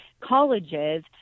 colleges